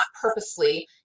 purposely